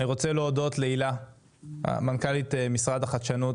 אני רוצה להודות להילה מנכ"לית משרד החדשנות